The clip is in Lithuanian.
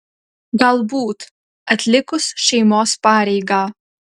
galbūt atlikus šeimos pareigą